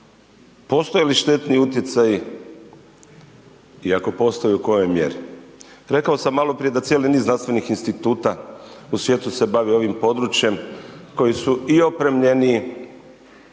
postoje li štetni utjecaji i ako postoje u kojoj mjeri. Rekao sam maloprije da cijeli niz znanstvenih instituta u svijetu se bavi ovim područjem koji su i opremljeniji